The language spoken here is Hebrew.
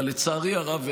אבל לצערי הרב,